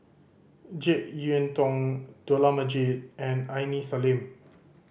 Jek Yeun Thong Dollah Majid and Aini Salim